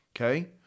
Okay